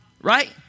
right